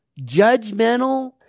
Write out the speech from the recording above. Judgmental